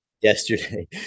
yesterday